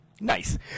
Nice